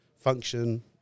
function